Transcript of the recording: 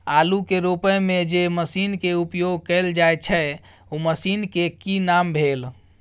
आलू के रोपय में जे मसीन के उपयोग कैल जाय छै उ मसीन के की नाम भेल?